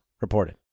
reported